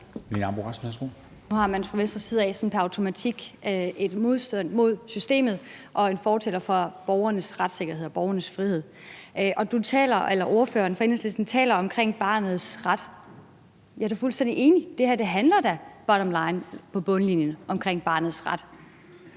Nu har man fra Venstres side sådan pr. automatik en modstand mod systemet og er fortalere for borgernes retssikkerhed og borgernes frihed. Og ordføreren for Enhedslisten taler om barnets ret. Jeg er da fuldstændig enig – det her handler da på bundlinjen om barnets ret.